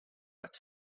but